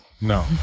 No